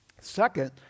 Second